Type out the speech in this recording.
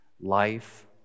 life